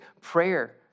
prayer